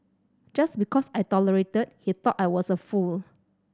just because I tolerated he thought I was a fool